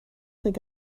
think